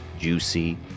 juicy